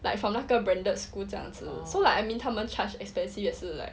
like from 那个 branded school 这样子 so like I mean 他们 charged expensive 也是 like